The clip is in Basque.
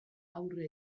aurre